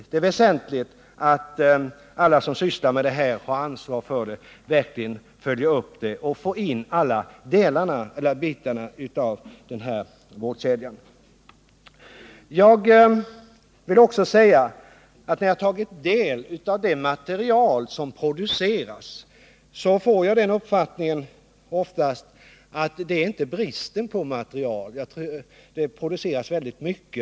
Det är väsentligt att alla som sysslar med det här och har ansvar för det verkligen följer upp det och får in alla bitar av vårdkedjan. Jag vill också säga att när jag tar del av det material som produceras får jag oftast uppfattningen att det inte är brist på material — det produceras väldigt mycket.